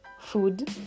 Food